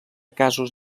casos